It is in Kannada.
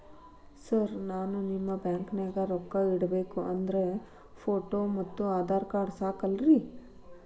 ಸರ್ ನಾನು ನಿಮ್ಮ ಬ್ಯಾಂಕನಾಗ ರೊಕ್ಕ ಇಡಬೇಕು ಅಂದ್ರೇ ಫೋಟೋ ಮತ್ತು ಆಧಾರ್ ಕಾರ್ಡ್ ಸಾಕ ಅಲ್ಲರೇ?